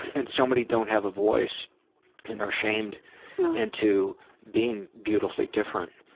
and so many don't have a voice and are shamed and to being beautifully different.